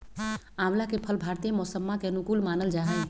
आंवला के फल भारतीय मौसम्मा के अनुकूल मानल जाहई